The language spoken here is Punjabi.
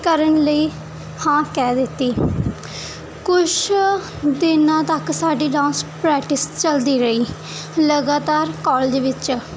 ਕਰਨ ਲਈ ਹਾਂ ਕਹਿ ਦਿੱਤੀ ਕੁਛ ਦਿਨਾਂ ਤੱਕ ਸਾਡੀ ਡਾਂਸ ਪ੍ਰੈਟਿਸ ਚਲਦੀ ਰਹੀ ਲਗਾਤਾਰ ਕਾਲਜ ਵਿੱਚ